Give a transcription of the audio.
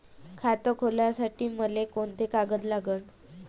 खात खोलासाठी मले कोंते कागद लागन?